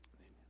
Amen